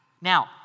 Now